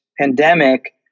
pandemic